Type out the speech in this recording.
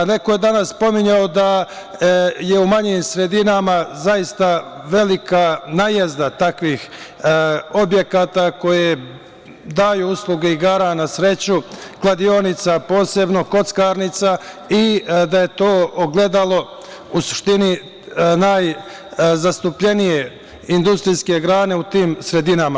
Neko je danas spominjao da je u manjim sredinama zaista velika najezda takvih objekta koji daju usluge igara na sreću, kladionica posebno, kockarnica i da je to ogledalo u suštini najzastupljenije industrijske grane u sredinama.